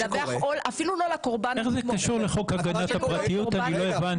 איך זה קשור לחוק הגנת הפרטיות אני לא הבנתי.